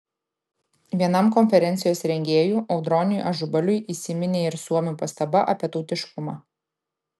vienam konferencijos rengėjų audroniui ažubaliui įsiminė ir suomių pastaba apie tautiškumą